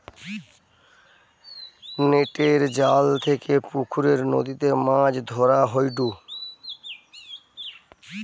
নেটের জাল ফেলে পুকরে, নদীতে মাছ ধরা হয়ঢু